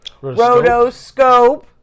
Rotoscope